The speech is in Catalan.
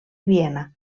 viena